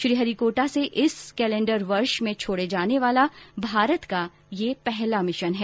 श्रीहरिकोटा से इस कैलेंडर वर्ष में छोड़े जाने वाला भारत का पहला मिशन है